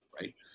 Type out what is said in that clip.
right